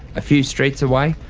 a few streets away,